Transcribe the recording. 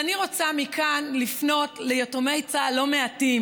אני רוצה לפנות מכאן ליתומי צה"ל לא מעטים